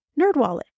Nerdwallet